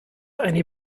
eine